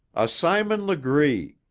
a simon legree.